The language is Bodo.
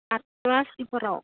आदस' आसिफोराव